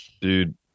Dude